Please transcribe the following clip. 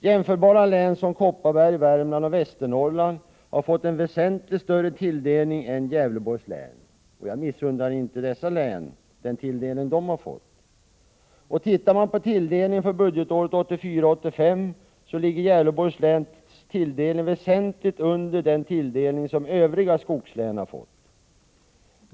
Jämförbara län som Kopparbergs, Värmlands och Västernorrlands län har fått en väsentligt större tilldelning — jag konstaterar detta utan att för den skull missunna dem det. Om man tittar på tilldelningen för budgetåret 1984/85 ser man att Gävleborgs läns tilldelning ligger väsentligt under den tilldelning som övriga skogslän har fått.